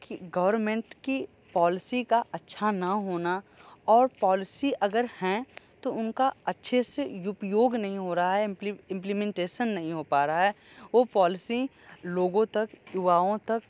कि गवर्नमेंट की पॉलिसी का अच्छा ना होना और पॉलिसी अगर है तो उनका अच्छे से उपयोग नहीं हो रहा है इम्प्लेमेंटेशन नहीं हो पा रहा है वह पॉलिसी लोगों तक युवाओं तक